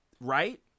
Right